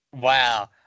Wow